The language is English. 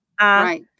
Right